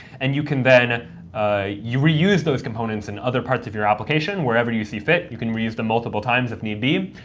and you can then and ah reuse those components in other parts of your application wherever you see fit. you can reuse them multiple times if need be,